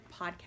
podcast